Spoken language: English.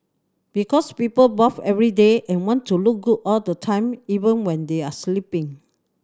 because people bath every day and want to look good all the time even when they are sleeping